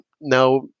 now